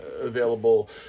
available